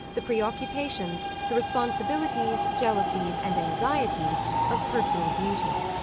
the preoccupations, the responsibilities, jealousies, and anxieties of personal beauty.